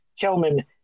Kelman